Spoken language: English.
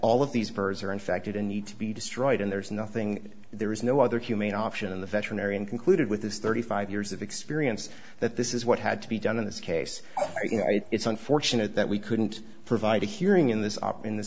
all of these birds are infected and need to be destroyed and there is nothing there is no other humane option and the veterinarian concluded with this thirty five years of experience that this is what had to be done in this case it's unfortunate that we couldn't provide a hearing in this op in the